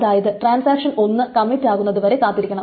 അതായത് transaction 1 commit ആകുന്നതുവരെ കാത്തിരിക്കണം